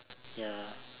ya